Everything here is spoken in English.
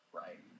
right